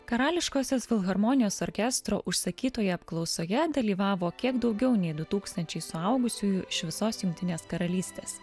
karališkosios filharmonijos orkestro užsakytoje apklausoje dalyvavo kiek daugiau nei du tūkstančiai suaugusiųjų iš visos jungtinės karalystės